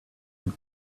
and